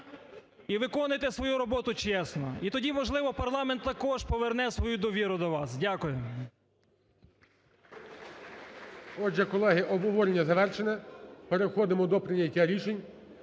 і виконуйте свою роботу чесно і тоді, можливо, парламент також поверне свою довіру до вас. Дякую. ГОЛОВУЮЧИЙ. Отже, колеги, обговорення завершене. Переходимо до прийняття рішень.